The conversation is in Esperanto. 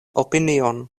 opinion